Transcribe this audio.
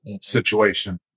situation